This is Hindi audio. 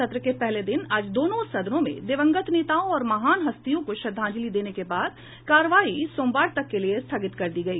सत्र के पहले दिन आज दोनों सदनों में दिवंगत नेताओं और महान हस्तियों को श्रद्धांजलि देने के बाद कार्यवाही सोमवार तक के लिए स्थगित कर दी गई